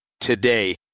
today